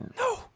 No